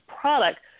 product